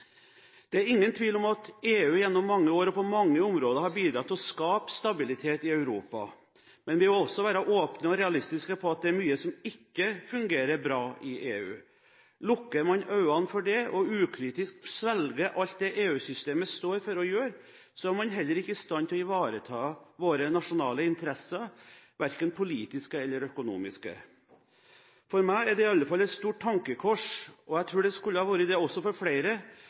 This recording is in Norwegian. det gjelder i framtida. Det er ingen tvil om at EU gjennom mange år og på mange områder har bidratt til å skape stabilitet i Europa. Men vi må også være åpne og realistiske på at det er mye som ikke fungerer bra i EU. Lukker man øynene for det og ukritisk svelger alt det EU-systemet står for og gjør, er man heller ikke i stand til å ivareta våre nasjonale interesser, verken politiske eller økonomiske. For meg er det i alle fall et stort tankekors – og jeg tror det burde ha vært det for flere